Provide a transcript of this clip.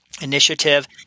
Initiative